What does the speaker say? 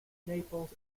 naples